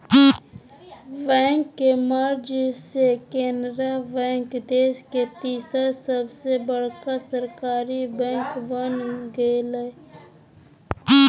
bank के merge से Canara bank देश के तीसर सबसे बड़का सरकारी बैंक बन गेलय